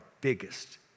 biggest